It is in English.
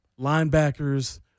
Linebackers